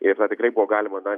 ir tada tikrai buvo galima na